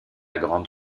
grande